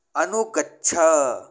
अनुगच्छ